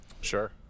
Sure